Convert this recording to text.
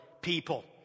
people